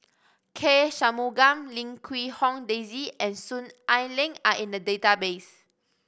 K Shanmugam Lim Quee Hong Daisy and Soon Ai Ling are in the database